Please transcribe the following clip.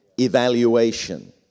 Evaluation